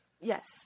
Yes